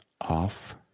off